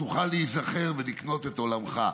תוכל להיזכר ולקנות את עולמך.